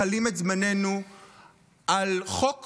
מכלים את זמננו על חוק